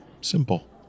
simple